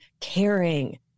caring